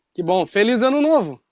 que bom, feliz ano novo!